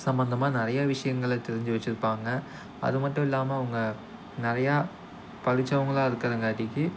சம்பந்தமா நிறைய விஷயங்களை தெரிஞ்சு வச்சுருப்பாங்க அது மட்டும் இல்லாமல் அவங்க நிறையா படித்தவங்களா இருக்கிறங்காட்டிக்கி